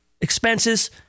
expenses